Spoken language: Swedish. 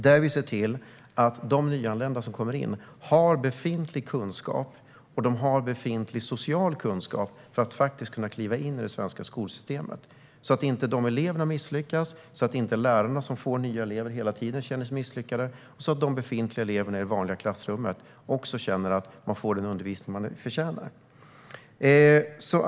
Där ser vi till att de nyanlända som kommer får befintlig kunskap - och befintlig social kunskap - för att kunna kliva in i det svenska skolsystemet. Det handlar om att dessa elever inte ska misslyckas och att lärarna, som hela tiden får nya elever, inte ska känna sig misslyckade. De befintliga eleverna i det vanliga klassrummet ska också känna att de får den undervisning de förtjänar.